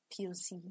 POC